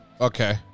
Okay